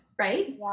right